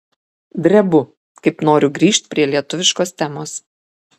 drebu kaip noriu grįžt prie lietuviškos temos